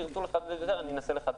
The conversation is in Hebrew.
אם תרצו לחדד את זה אני אנסה לחדד.